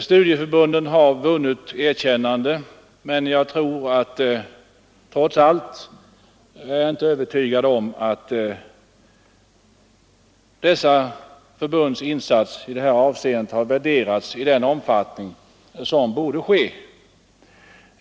Studieförbunden har vunnit ett erkännande, men trots allt är jag inte övertygad om att deras insats i det här avseendet har värderats i den omfattning som vore motiverat.